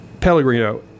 Pellegrino